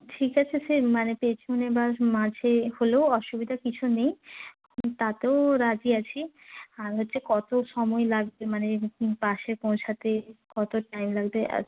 ঠিক আছে সে মানে পেছনে বা মাঝে হলেও অসুবিধা কিছু নেই তাতেও রাজি আছি আর হচ্ছে কত সময় লাগবে মানে বাসে পৌঁছাতে কত টাইম লাগবে আজ